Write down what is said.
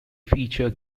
feature